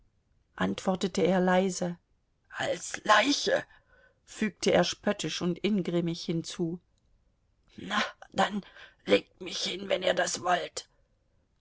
antwortete er leise als leiche fügte er spöttisch und ingrimmig hinzu na dann legt mich hin wenn ihr das wollt